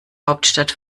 hauptstadt